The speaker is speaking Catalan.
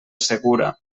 segura